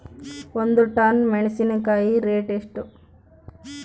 ಒಂದು ಟನ್ ಮೆನೆಸಿನಕಾಯಿ ರೇಟ್ ಎಷ್ಟು?